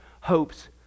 hopes